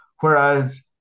Whereas